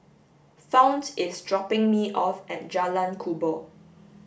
Fount is dropping me off at Jalan Kubor